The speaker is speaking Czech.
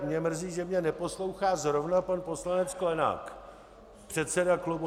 Mně mrzí, že mě neposlouchá zrovna pan poslanec Sklenák, předseda klubu.